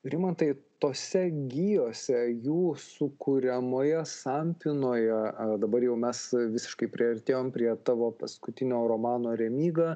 rimantai tose gijose jūsų kuriamoje sampynoje dabar jau mes visiškai priartėjom prie tavo paskutinio romano remyga